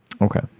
Okay